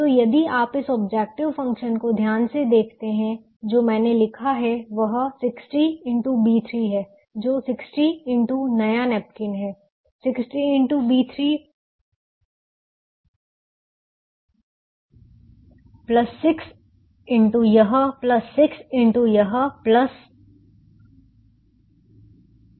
तो यदि आप इस ऑब्जेक्टिव फंक्शन को ध्यान से देखते हैं जो मैंने लिखा है वह 60 x B3 है जो 60 x नया नैपकिन है 6 x यह 60 x यह 10 20 10 है